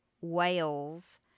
Wales